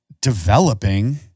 developing